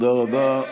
תודה רבה.